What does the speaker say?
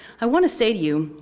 i want to say to you,